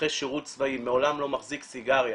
אחרי שירות צבאי מעולם לא החזיק סיגריה,